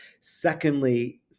Secondly